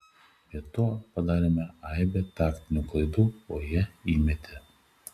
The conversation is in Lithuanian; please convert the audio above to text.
be to padarėme aibę taktinių klaidų o jie įmetė